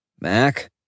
Mac